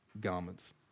garments